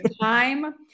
time